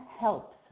helps